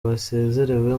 basezerewe